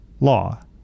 Law